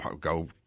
go